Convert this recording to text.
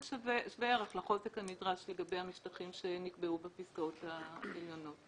שהוא שווה ערך לחוזק הנדרש לגבי המשטחים שנקבעו בפסקאות העליונות.